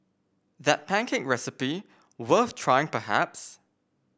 that pancake recipe worth trying perhaps